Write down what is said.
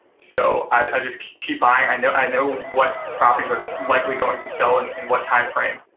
so, i just keep buying. i know i know what properties are likely going to sell in in what time frame,